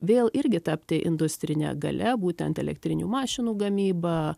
vėl irgi tapti industrine galia būtent elektrinių mašinų gamyba